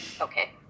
Okay